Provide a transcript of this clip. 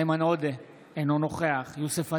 איימן עודה, אינו נוכח יוסף עטאונה,